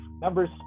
members